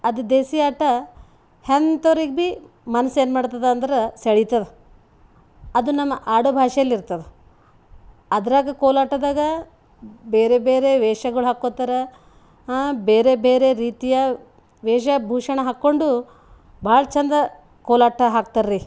ಅದು ದೇಸಿ ಆಟ ಎಂತವ್ರಿಗೆ ಭಿ ಮನ್ಸು ಏನು ಮಾಡ್ತದೆ ಅಂದ್ರೆ ಸೆಳಿತದೆ ಅದು ನಮ್ಮ ಆಡುಭಾಷೆಯಲ್ಲಿ ಇರ್ತದೆ ಅದರಾಗ ಕೋಲಾಟದಾಗ ಬೇರೆ ಬೇರೆ ವೇಷಗಳು ಹಾಕ್ಕೊತಾರೆ ಬೇರೆ ಬೇರೆ ರೀತಿಯ ವೇಷಭೂಷಣ ಹಾಕ್ಕೊಂಡು ಭಾಳ ಚಂದ ಕೋಲಾಟ ಹಾಕ್ತಾರ್ರೀ